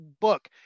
book